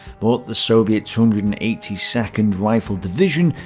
but the soviet two hundred and eighty second rifle division,